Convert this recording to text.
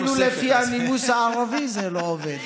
אפילו לפי הנימוס הערבי זה לא עובד.